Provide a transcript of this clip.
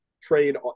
trade